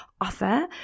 offer